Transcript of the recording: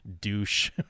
douche